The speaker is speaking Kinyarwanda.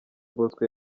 bosco